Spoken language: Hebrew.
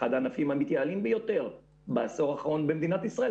אחד הענפים המתייעלים ביותר בעשור האחרון במדינת ישראל,